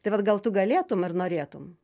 tai vat gal tu galėtum ir norėtum